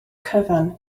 cyfan